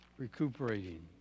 recuperating